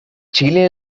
chile